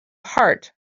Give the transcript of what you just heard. heart